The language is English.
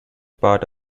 part